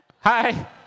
Hi